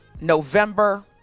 November